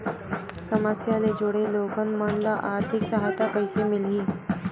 समस्या ले जुड़े लोगन मन ल आर्थिक सहायता कइसे मिलही?